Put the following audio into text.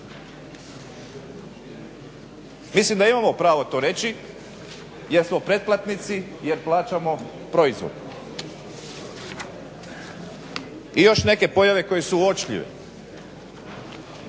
Mislim da imamo pravo to reći jer smo pretplatnici jer plaćamo proizvod. I još neke pojave koje su uočljive,